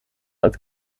als